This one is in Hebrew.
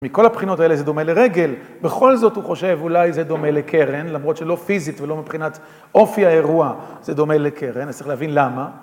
מכל הבחינות האלה זה דומה לרגל, בכל זאת הוא חושב אולי זה דומה לקרן, למרות שלא פיזית ולא מבחינת אופי האירוע, זה דומה לקרן, אז צריך להבין למה.